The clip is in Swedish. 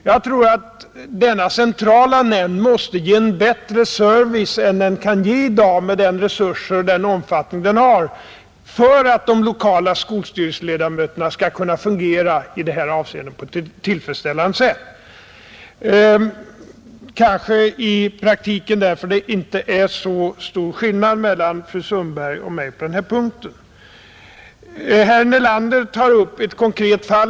Jag tror att den centrala nämnden måste ge bättre service än den kan göra i dag, med de resurser och den omfattning den har, för att de lokala skolstyrelseledamöterna skall kunna fungera på ett tillfredsställande sätt i det här avseendet. Det är kanske därför i praktiken inte så stor skillnad mellan Fru Sundbergs och min uppfattning på den här punkten. Herr Nelander tog upp ett konkret fall.